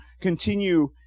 continue